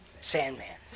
Sandman